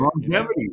Longevity